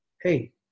hey